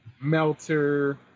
Melter